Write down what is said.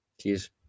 Cheers